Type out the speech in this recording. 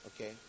Okay